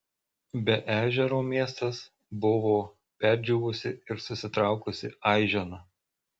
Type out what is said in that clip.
be ežero miestas buvo perdžiūvusi ir susitraukusi aižena